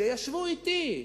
שישבו אתי,